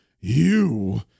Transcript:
You